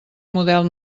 model